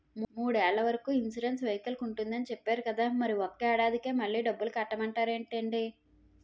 మూడేళ్ల వరకు ఇన్సురెన్సు వెహికల్కి ఉంటుందని చెప్పేరు కదా మరి ఒక్క ఏడాదికే మళ్ళి డబ్బులు కట్టమంటారేంటండీ?